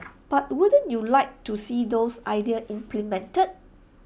but wouldn't you like to see those ideas implemented